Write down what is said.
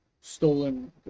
stolen